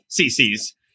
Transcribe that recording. cc's